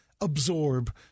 absorb